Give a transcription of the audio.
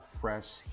fresh